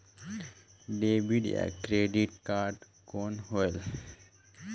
Debit या credit card कौन होएल?